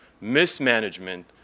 mismanagement